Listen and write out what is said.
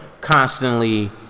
constantly